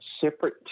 separate